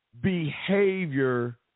behavior